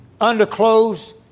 underclothes